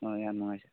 ꯑꯥ ꯌꯥꯝ ꯅꯨꯡꯉꯥꯏꯖꯔꯦ